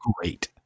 Great